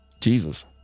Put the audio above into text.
Jesus